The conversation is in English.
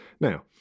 Now